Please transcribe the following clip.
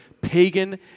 pagan